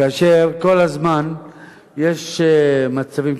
כאשר כל הזמן יש מצבים,